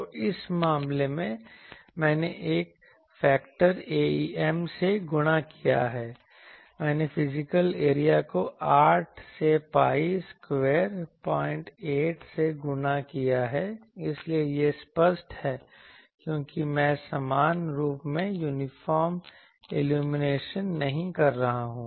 तो इस मामले में मैंने एक फेक्टर Aem से गुणा किया है मैंने फिजिकल एरिया को 8 से pi स्क्वायर 08 से गुणा किया है इसलिए यह स्पष्ट है क्योंकि मैं समान रूप से यूनिफॉर्म इल्यूमिनेशन नहीं कर रहा हूं